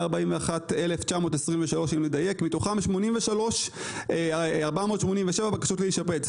מתוכם 83,487 בקשות להישפט.